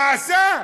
מה שהוא עשה?